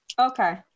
Okay